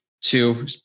two